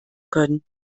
können